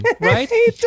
right